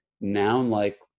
noun-like